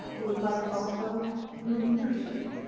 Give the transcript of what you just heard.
we would like also new leadership.